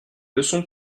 leçons